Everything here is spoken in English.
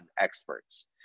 experts